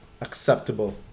acceptable